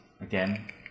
Again